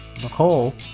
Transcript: Nicole